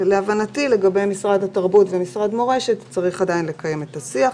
לגבי משרד התרבות ומשרד מורשת צריך עדיין לקיים את השיח.